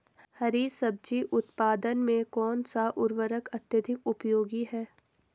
हरी सब्जी उत्पादन में कौन सा उर्वरक अत्यधिक उपयोगी है?